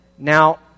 Now